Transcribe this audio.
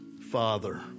Father